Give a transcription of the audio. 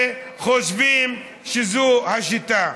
וחושבים שזו השיטה.